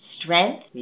Strength